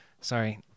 sorry